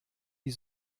die